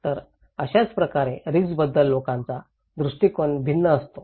तर अशाच प्रकारे रिस्कबद्दल लोकांचा दृष्टीकोन भिन्न असतो